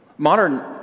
Modern